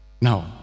Now